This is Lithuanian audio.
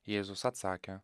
jėzus atsakė